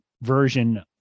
version